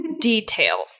details